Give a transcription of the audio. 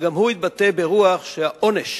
שגם הוא התבטא ברוח שהעונש